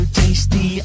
tasty